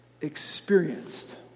experienced